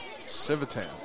Civitan